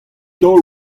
daol